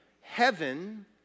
Heaven